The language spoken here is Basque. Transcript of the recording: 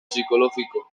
psikologiko